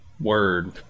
Word